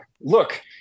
look